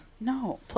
No